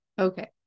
okay